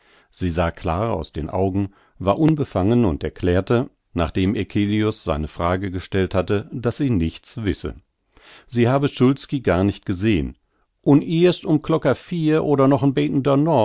sie sah klar aus den augen war unbefangen und erklärte nachdem eccelius seine frage gestellt hatte daß sie nichts wisse sie habe szulski gar nicht gesehn un ihrst um klocker vier oder noch en